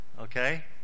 okay